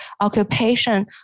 occupation